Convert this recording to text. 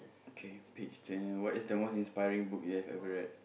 kay page turn what is the most inspiring book you've ever read